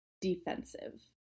defensive